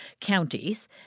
counties